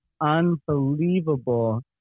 unbelievable